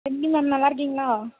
எப்படி மேம் நல்லாயிருக்கீங்களா